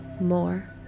more